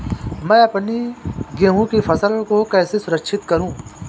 मैं अपनी गेहूँ की फसल को कैसे सुरक्षित करूँ?